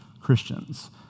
Christians